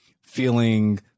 feeling